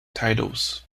titles